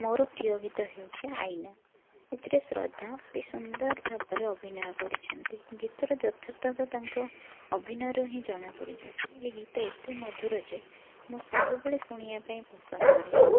ମୋର ପ୍ରିୟ ଗୀତ ହେଉଛି ଆଇନା ଏଥିରେ ଶ୍ରଦ୍ଧା ଅତି ସୁନ୍ଦର ଭାବରେ ଅଭିନୟ କରିଛନ୍ତି ଗୀତର ଯଥାର୍ଥତା ତାଙ୍କ ଅଭିନୟରୁ ହିଁ ଜଣାପଡ଼ିଯାଉଛି ଏଇ ଗୀତ ଏତେ ମଧୁର ଯେ ମୁଁ ସବୁବେଳେ ଶୁଣିବା ପାଇଁ ପସନ୍ଦ କରେ ଏ ଗୀତକୁ